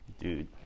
Dude